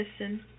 listen